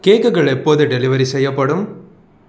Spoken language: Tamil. கேக்குகள் எப்போது டெலிவரி செய்யப்படும்